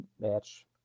match